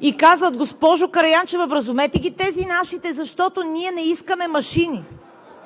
и казват: „Госпожо Караянчева, вразумете ги тези, нашите, защото ние не искаме машини!